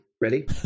Ready